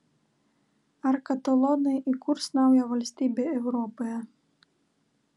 ar katalonai įkurs naują valstybę europoje